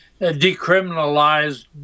decriminalized